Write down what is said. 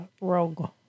rogue